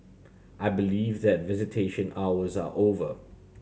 I believe that visitation hours are over